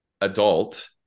adult